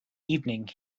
evening